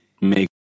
Make